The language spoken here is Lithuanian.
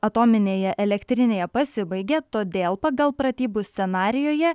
atominėje elektrinėje pasibaigė todėl pagal pratybų scenarijuje